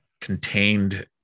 contained